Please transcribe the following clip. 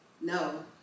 No